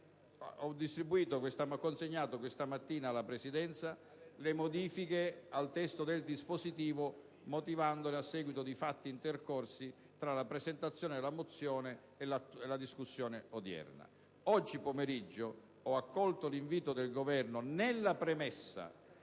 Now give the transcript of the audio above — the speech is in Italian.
ho consegnato questa mattina alla Presidenza le modifiche al testo del dispositivo della mozione n. 248, motivandole con i fatti intercorsi tra la presentazione della mozione e la discussione odierna. Oggi pomeriggio ho accolto l'invito del Governo a chiarire,